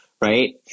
Right